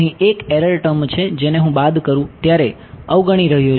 અહીં એક error term છે જેને હું બાદ કરું ત્યારે અવગણી રહ્યો છું